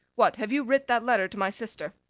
what, have you writ that letter to my sister?